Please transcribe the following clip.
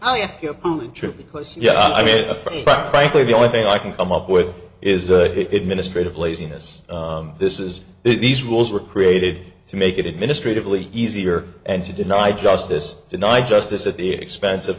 i ask you to trip because yeah i mean frankly the only thing i can come up with is that it ministry of laziness this is these rules were created to make it administrative leave easier and to deny justice deny justice at the expense of